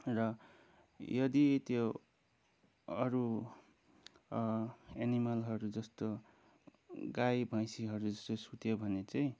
र यदि त्यो अरू एनिमलहरू जस्तो गाई भैँसीहरू जस्तो सुत्यो भने चाहिँ